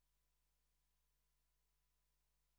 שם